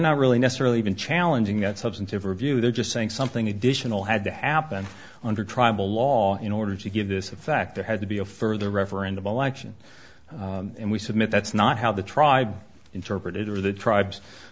not really necessarily even challenging that substantive review they're just saying something additional had to happen under tribal law in order to give this effect it has to be a further referendum election and we submit that's not how the tribe interpret it or the tribes